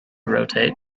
rotate